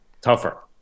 tougher